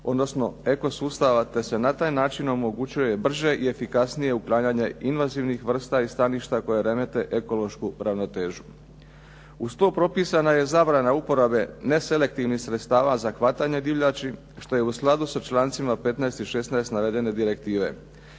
odnosno eko sustava, te se na taj način omogućuje brže i efikasnije uklanjanje invanzivnih vrsta i staništa koja remete ekološku ravnotežu. Uz to propisana je zabrana uporabe neselektivnih sredstava za hvatanje divljači što je u skladu sa člancima 15. i 16. navedene direktive.